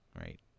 Right